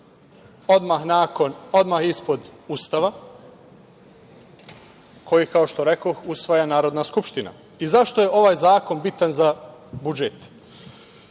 odmah ispod Ustava koji, kao što rekoh, usvaja Narodna skupština. Zašto je ovaj zakon bitan za budžet?